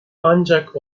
ancak